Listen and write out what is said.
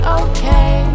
okay